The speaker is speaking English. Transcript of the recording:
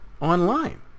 online